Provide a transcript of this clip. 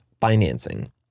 financing